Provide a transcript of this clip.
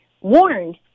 warned